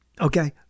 okay